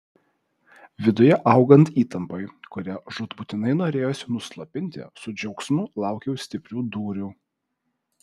viduje augant įtampai kurią žūtbūtinai norėjosi nuslopinti su džiaugsmu laukiau stiprių dūrių